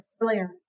earlier